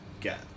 get